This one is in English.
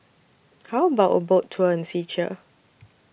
How about A Boat Tour in Czechia